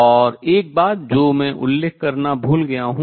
और एक बात जो मैं उल्लेख करना भूल गया हूँ